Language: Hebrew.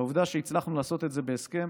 והעובדה שהצלחנו לעשות את זה בהסכם